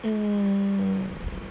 um